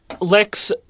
Lex